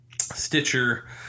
Stitcher